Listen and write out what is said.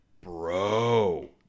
Bro